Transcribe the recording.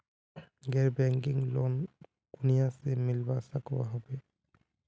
गैर banking loan कुनियाँ से मिलवा सकोहो होबे?